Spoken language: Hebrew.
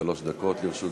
שלוש דקות לרשותך.